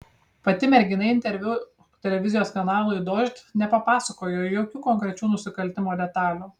pati mergina interviu televizijos kanalui dožd nepapasakojo jokių konkrečių nusikaltimo detalių